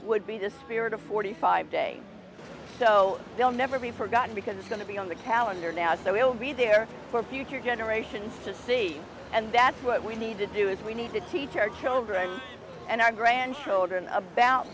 would be dispirit of forty five day so they'll never be forgotten because it's going to be on the calendar now so we'll be there for future generations to see and that's what we need to do is we need to teach our children and our grandchildren about